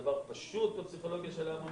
זה דבר פשוט בפסיכולוגיה של ההמונים,